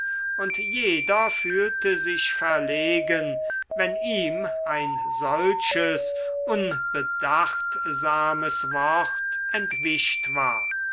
und jeder fühlte sich verlegen wenn ihm ein solches unbedachtsames wort entwischt war